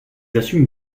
assume